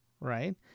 right